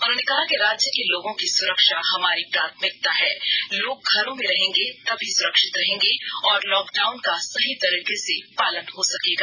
उन्होंने कहा कि राज्य के लोगों की सुरक्षा हमारी प्राथमिकता है लोग घरों में रहेंगे तभी सुरक्षित रहेंगें और लॉकडाउन का सही तरीके से पालन हो सकेगा